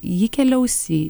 ji keliaus į